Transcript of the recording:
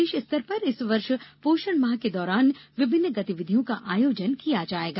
प्रदेश स्तर पर इस वर्ष पोषण माह के दौरान में विभिन्न गतिविधियों का आयोजन किया जाएगा